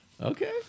Okay